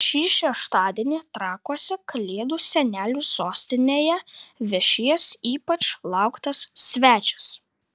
šį šeštadienį trakuose kalėdų senelių sostinėje viešės ypač lauktas svečias